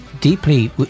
deeply